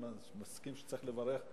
בלי שהוא ידבר בשמי.